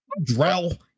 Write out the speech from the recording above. Drell